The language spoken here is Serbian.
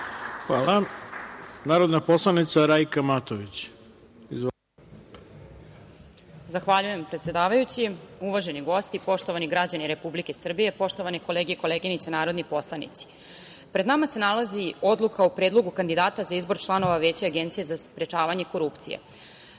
ima narodna poslanica, Rajka Matović.